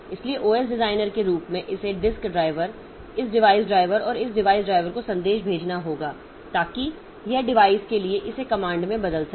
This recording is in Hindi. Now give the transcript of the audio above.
इसलिए OS डिजाइनर के रूप में इसे डिस्क ड्राइवर इस डिवाइस ड्राइवर और इस डिवाइस ड्राइवर को संदेश भेजना होगा ताकि यह डिवाइस के लिए इसे कमांड में बदल सके